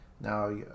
now